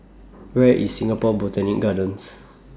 Where IS Singapore Botanic Gardens